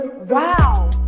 Wow